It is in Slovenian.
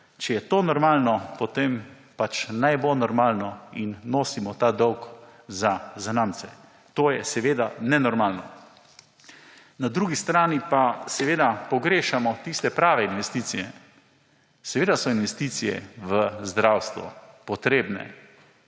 Če je to normalno, potem pač naj bo normalno in nosimo ta dolg za zanamce. To je seveda nenormalno! Na drugi strani pa seveda pogrešamo tiste prave investicije. Seveda so investicije v zdravstvo potrebne;